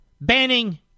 Banning